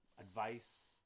advice